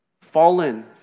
fallen